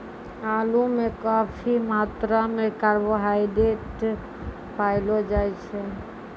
आलू म काफी मात्रा म कार्बोहाइड्रेट पयलो जाय छै